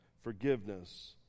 forgiveness